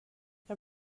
jag